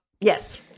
yes